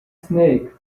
snake